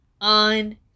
on